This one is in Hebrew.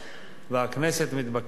והכנסת מתבקשת לאשרה.